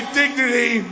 dignity